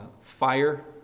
fire